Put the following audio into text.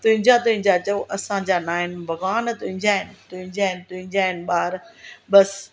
तुंहिंजा तुंहिंजा चओ असांजा ना आहिनि भगवान तुंहिंजा आहिनि तुंहिंजा आहिनि तुंहिंजा आहिनि ॿार बसि